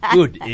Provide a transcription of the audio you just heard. Good